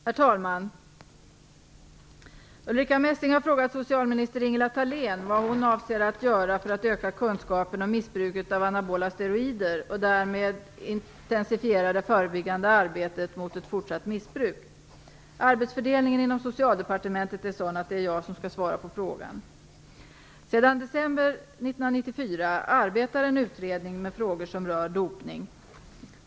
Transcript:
Herr talman! Ulrica Messing har frågat socialminister Ingela Thalén vad hon avser att göra för att öka kunskapen om missbruket av anabola steroider och därmed intensifiera det förebyggande arbetet mot ett fortsatt missbruk. Arbetet inom regeringen är så fördelat att det är jag som skall svara på frågan. Sedan december 1994 arbetar en utredning med frågor som rör dopning.